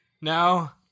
now